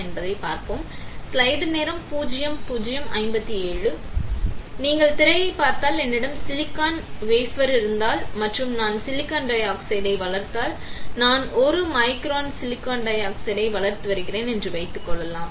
எனவே நீங்கள் திரையைப் பார்த்தால் என்னிடம் சிலிக்கான் வேஃபர் இருந்தால் மற்றும் நான் சிலிக்கான் டை ஆக்சைடை வளர்த்தால் நான் 1 மைக்ரான் சிலிக்கான் டை ஆக்சைடை வளர்த்து வருகிறேன் என்று வைத்துக்கொள்வோம்